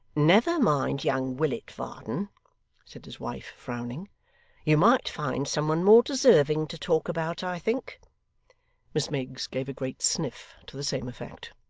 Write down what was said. never mind young willet, varden said his wife frowning you might find some one more deserving to talk about, i think miss miggs gave a great sniff to the same effect.